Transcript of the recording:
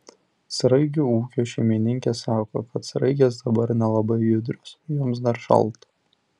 sraigių ūkio šeimininkė sako kad sraigės dabar nelabai judrios joms dar šalta